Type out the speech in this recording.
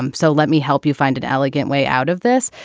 um so let me help you find an elegant way out of this.